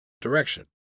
direction